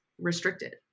restricted